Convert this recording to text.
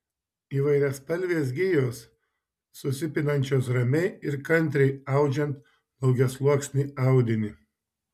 įvairiaspalvės gijos susipinančios ramiai ir kantriai audžiant daugiasluoksnį audinį